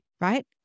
right